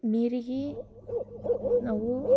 ನೀರಿಗೆ ನಾವು